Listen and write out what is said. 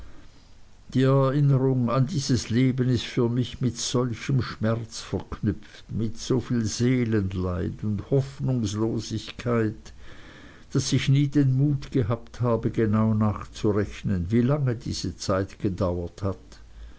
die erinnerung an dieses leben ist für mich mit solchem schmerz verknüpft mit so viel seelenleid und hoffnungslosigkeit daß ich nie den mut gehabt habe genau nachzurechnen wie lange diese zeit gedauert hat